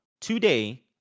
today